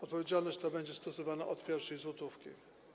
Odpowiedzialność ta będzie stosowana od pierwszej złotówki.